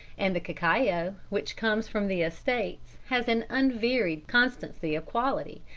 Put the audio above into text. and the cacao which comes from the estates has an unvaried constancy of quality,